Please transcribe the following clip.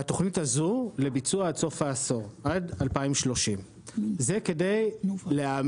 והתוכנית הזו היא לביצוע עד סוף העשור; עד 2030. זה כדי להעמיד